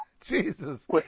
Jesus